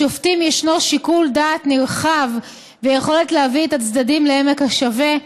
לשופטים יש שיקול דעת נרחב ויכולת להביא את הצדדים לעמק השווה.